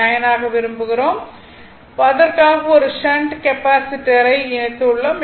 9 ஆக விரும்புகிறோம் அதற்காக ஒரு ஷன்ட் கெப்பாசிட்டரை இணைத்துள்ளோம்